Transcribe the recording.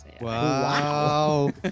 Wow